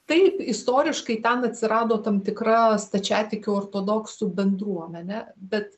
taip istoriškai ten atsirado tam tikra stačiatikių ortodoksų bendruomenė bet